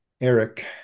Eric